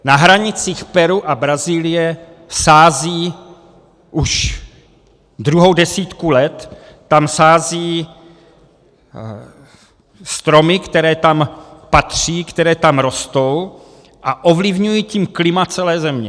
Na hranicích Peru a Brazílie sází už druhou desítku let stromy, které tam patří, které tam rostou, a ovlivňují tím klima celé Země.